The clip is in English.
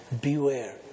Beware